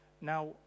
Now